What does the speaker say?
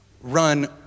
run